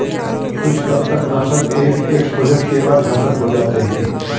कुछ कृंतकनाशक एक एक्सपोजर के बाद घातक हो जाते है